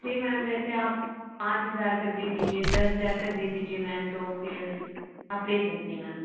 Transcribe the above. जी ma'am जैसे आप पाँच हज़ार तक दे दीजिए दस हजार तक दे दीजिए मैम तो फिर आप ले सकती हैं मैम